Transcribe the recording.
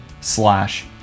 slash